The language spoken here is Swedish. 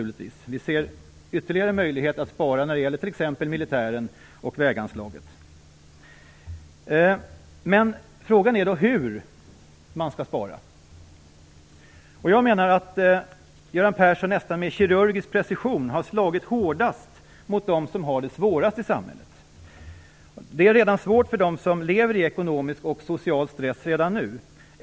Vi ser ytterligare möjligheter att spara när det gäller t.ex. militären och väganslaget. Frågan är hur man skall spara. Jag menar att Göran Persson med nästan kirurgisk precision har slagit hårdast mot dem som har det svårast i samhället. Det är redan nu svårt för dem som lever i ekonomisk och social stress.